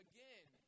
Again